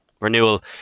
Renewal